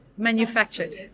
Manufactured